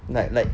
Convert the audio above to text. like like